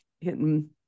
hitting